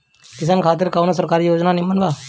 किसान खातिर कवन सरकारी योजना नीमन बा?